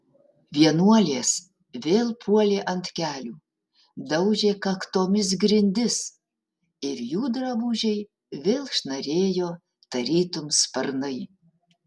vienuolės vėl puolė ant kelių daužė kaktomis grindis ir jų drabužiai vėl šnarėjo tarytum sparnai